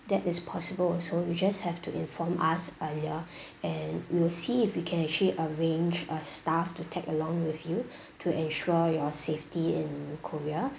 that is possible so you just have to inform us earlier and we'll see if we can actually arrange a staff to tag along with you to ensure your safety in korea